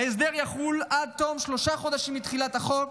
ההסדר יחול עד תום שלושה חודשים מתחילת החוק,